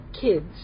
kids